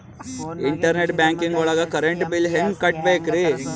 Internet banking ಒಳಗ್ current bill ಹೆಂಗ್ ಕಟ್ಟ್ ಬೇಕ್ರಿ?